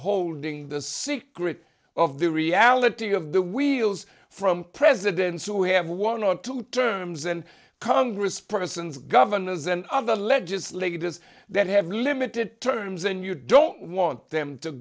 holding the secret of the reality of the wheels from presidents who have one or two terms and congresspersons governors and other legislators that have limited terms and you don't want them to